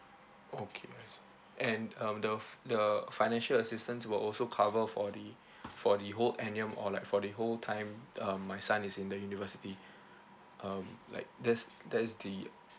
okay I see and um the f~ the financial assistance will also cover for the for the whole annum or like for the whole time um my son is in the university um like that's that the